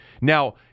Now